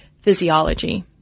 physiology